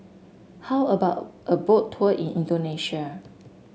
how about a Boat Tour in Indonesia